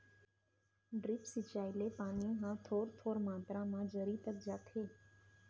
drip सिंचई ले पानी ह थोर थोर मातरा म जरी तक जाथे